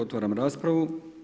Otvaram raspravu.